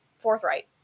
forthright